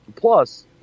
Plus